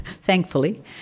thankfully